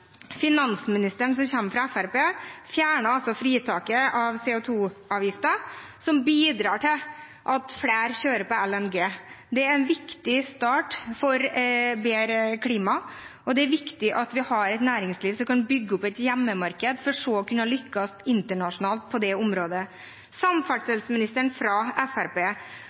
Finansministeren, som kommer fra Fremskrittspartiet, fjernet fritaket for CO 2 -avgiften, som bidrar til at flere kjører på LNG. Det er en viktig start for et bedre klima, og det er viktig at vi har et næringsliv som kan bygge opp et hjemmemarked for så å kunne lykkes internasjonalt på det området. Samferdselsministeren, fra